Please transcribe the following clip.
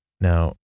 Now